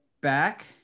back